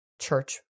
church